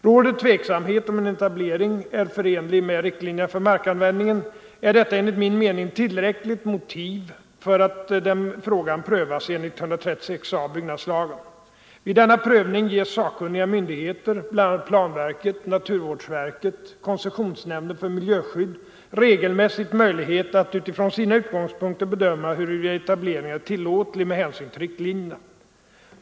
Råder tveksamhet huruvida en etablering är förenlig med riktlinjerna för markanvändningen är detta enligt min mening tillräckligt motiv för att frågan prövas enligt 136 a § byggnadslagen. Vid denna prövning ges sakkunniga myndigheter, bl.a. planverket, naturvårdsverket och koncessionsnämnden för miljöskydd, regelmässigt möjlighet att utifrån sina utgångspunkter bedöma huruvida etableringen är tillåtlig med hänsyn till riktlinjerna.